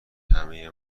همه